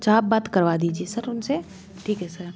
अच्छा आप बात करवा दीजिए सर उनसे ठीक है सर